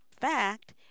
fact